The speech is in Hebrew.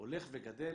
הולך וגדל,